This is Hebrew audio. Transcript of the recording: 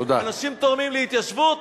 אנשים תורמים להתיישבות,